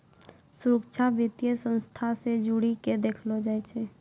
सुरक्षा वित्तीय संस्था से जोड़ी के देखलो जाय छै